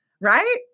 Right